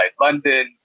London